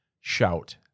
Shout